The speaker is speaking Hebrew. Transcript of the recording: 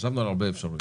חשבנו על הרבה אפשרויות.